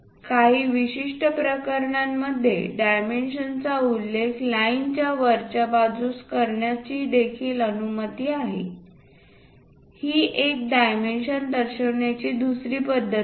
काही विशिष्ट प्रकरणांमध्ये डायमेन्शनचा उल्लेख लाईनच्या वरच्या बाजूस करण्याची देखील अनुमती आहे ही एक डायमेन्शन दर्शविण्याची दुसरी पद्धत आहे